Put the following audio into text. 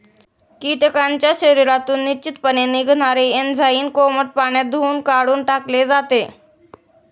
कीटकांच्या शरीरातून निश्चितपणे निघणारे एन्झाईम कोमट पाण्यात धुऊन काढून टाकले जाते